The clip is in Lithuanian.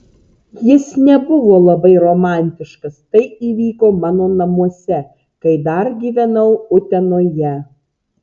jis nebuvo labai romantiškas tai įvyko mano namuose kai dar gyvenau utenoje